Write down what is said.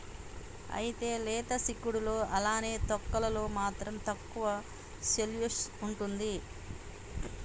అయితే లేత సిక్కుడులో అలానే తొక్కలలో మాత్రం తక్కువ సెల్యులోస్ ఉంటుంది